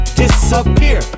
disappear